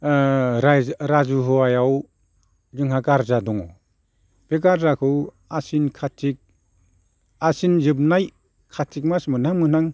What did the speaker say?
राजुहुआयाव जोंहा गारजा दङ बे गारजाखौ आसिन कातिक आसिन जोबनाय कातिक मास मोनहां मोनहां